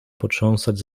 potrząsać